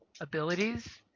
abilities